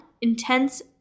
intense